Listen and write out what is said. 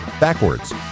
backwards